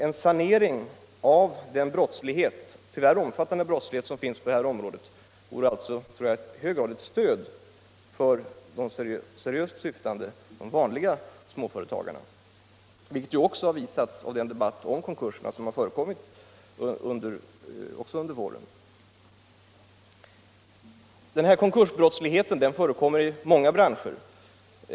En sanering av den brottslighet, tyvärr ganska omfattande, som finns på detta område skulle i hög grad vara ett stöd för de vanliga småföretagarna. Detta har också understrukits i den debatt om konkurserna som har förts under våren. Den här konkursbrottsligheten förekommer i många branscher.